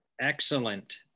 excellent